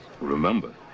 Remember